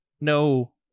no